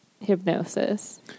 hypnosis